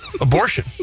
abortion